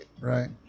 Right